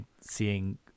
seeing